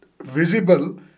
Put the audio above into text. visible